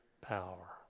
power